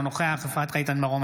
אינו נוכח אפרת רייטן מרום,